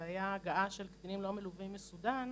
כשהייתה הגעה של קטינים לא מלווים בסודן,